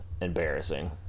embarrassing